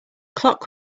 clock